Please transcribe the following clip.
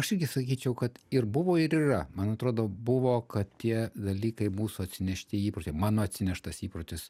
aš irgi sakyčiau kad ir buvo ir yra man atrodo buvo kad tie dalykai mūsų atsinešti įpročiai mano atsineštas įprotis